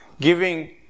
Giving